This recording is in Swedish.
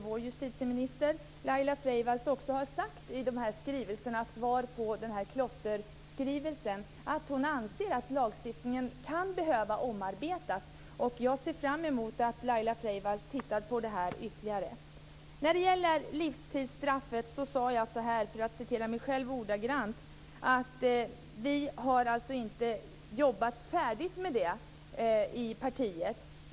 Vår justitieminister Laila Freivalds har vidare som svar på klotterskrivelsen sagt att hon anser att lagstiftningen kan behöva omarbetas. Jag ser fram emot att Laila Freivalds tittar ytterligare på det här. När det gäller livstidsstraffet sade jag att vi inte har jobbat färdigt med detta i partiet.